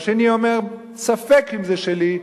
והשני אומר: ספק אם זה שלי,